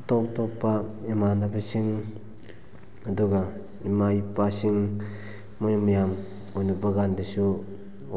ꯑꯇꯣꯞ ꯑꯇꯣꯞꯄ ꯏꯃꯥꯟꯅꯕꯁꯤꯡ ꯑꯗꯨꯒ ꯏꯃꯥ ꯏꯄꯥꯁꯤꯡ ꯃꯣꯏ ꯃꯌꯥꯝ ꯎꯅꯕ ꯀꯥꯟꯗꯁꯨ